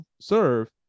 serve